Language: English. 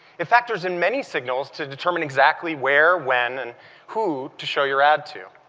it factors in many signals to determine exactly where, when, and who to show your ad to.